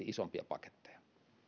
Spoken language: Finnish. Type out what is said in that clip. isompia paketteja